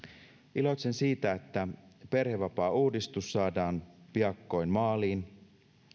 iloitsen siitä että perhevapaauudistus saadaan piakkoin maaliin